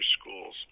schools